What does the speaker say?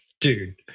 Dude